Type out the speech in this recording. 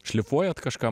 šlifuojat kažką